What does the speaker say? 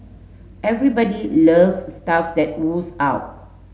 everybody loves stuff that oozes out